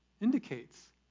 indicates